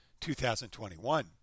2021